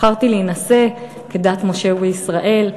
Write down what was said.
בחרתי להינשא כדת משה וישראל,